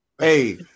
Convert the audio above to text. Hey